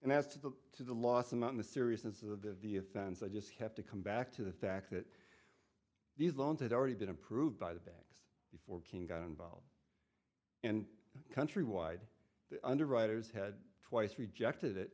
and as to the to the loss among the seriousness of the of the offense i just have to come back to the fact that these loans had already been approved by the banks before king got involved and countrywide the underwriters had twice rejected it